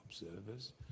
observers